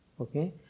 Okay